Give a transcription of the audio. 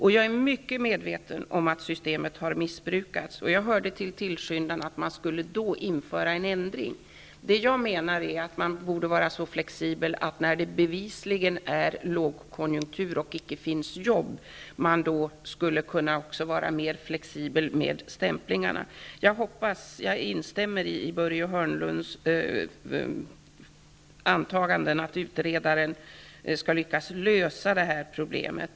Jag är medveten om att systemet har missbrukats. Jag hörde till dem som då tillskyndade att man skulle göra en ändring. Jag menar att man skulle kunna vara mer flexibel med stämplingen, när det bevisligen är lågkonjunktur och icke finns jobb. Jag instämmer i Börje Hörnlunds förhoppning att utredaren skall lyckas lösa detta problem.